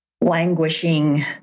languishing